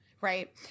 right